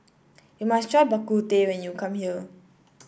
you must try Bak Kut Teh when you come here